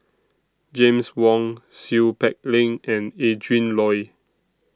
James Wong Seow Peck Leng and Adrin Loi